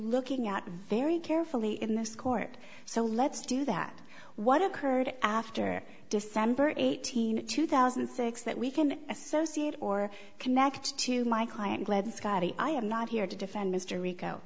looking at very carefully in this court so let's do that what occurred after december eighteenth two thousand and six that we can associate or connect to my client led scotty i am not here to defend mr rico